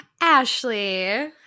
Ashley